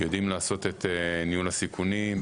-- יודעים לעשות את ניהול הסיכונים,